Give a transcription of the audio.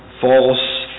false